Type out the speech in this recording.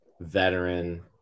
veteran